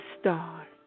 star